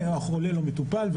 והחולה לא מטופל,